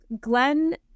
Glenn